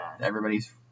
everybody's